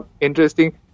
interesting